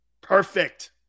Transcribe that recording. Perfect